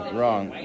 wrong